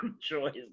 choice